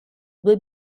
due